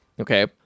Okay